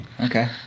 Okay